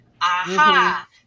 Aha